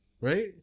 right